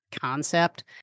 concept